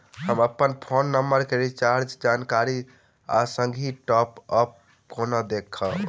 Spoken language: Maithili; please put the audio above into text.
हम अप्पन फोन नम्बर केँ रिचार्जक जानकारी आ संगहि टॉप अप कोना देखबै?